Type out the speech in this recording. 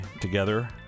together